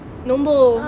nombor